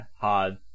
hard